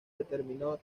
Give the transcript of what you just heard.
determinó